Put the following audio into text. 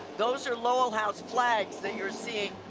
those are lowell house flags that you're seeing